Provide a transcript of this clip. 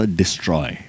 destroy